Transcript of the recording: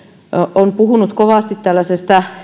on puhunut kovasti tällaisesta